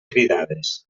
cridades